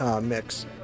mix